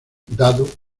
dado